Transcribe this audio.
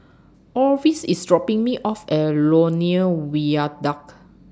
Orvis IS dropping Me off At Lornie Viaduct